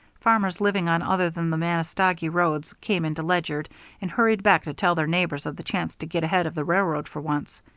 farmers living on other than the manistogee roads came into ledyard and hurried back to tell their neighbors of the chance to get ahead of the railroad for once.